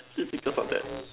just because of that